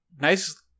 Nice